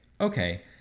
Okay